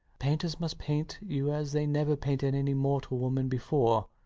painters must paint you as they never painted any mortal woman before.